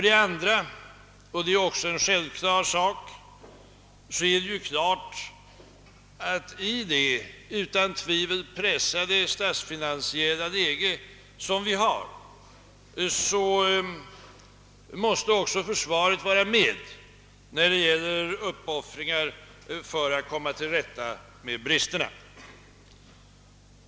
Det är också en självklar sak att i det utan tvivel pressade statsfinansiella läge som vi har måste försvaret vara med när det gäller uppoffringar för att komma till rätta med bristerna.